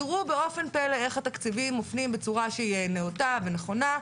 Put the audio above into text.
תראו באופן פלא איך התקציבים מופנים בצורה נאותה ונכונה,